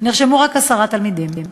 נרשמו רק עשרה תלמידים,